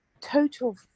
total